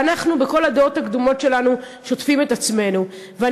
ואנחנו שוטפים את עצמנו בכל הדעות הקדומות שלנו.